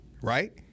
Right